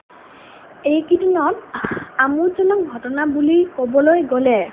এইকেইদিনত আমোদজনক ঘটনা বুলি ক'বলৈ গ'লে